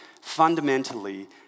fundamentally